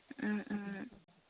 ও ও